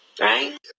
Right